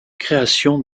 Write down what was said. création